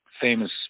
famous